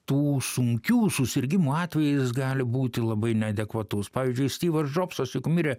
tų sunkių susirgimų atvejais gali būti labai neadekvatus pavyzdžiui stivas jobsas juk mirė